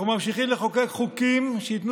אנחנו ממשיכים לחוקק חוקים שייתנו